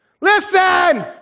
Listen